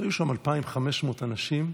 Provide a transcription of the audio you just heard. היו שם 2,500 אנשים.